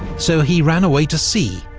so he ran away to sea,